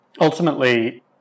ultimately